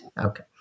Okay